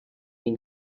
been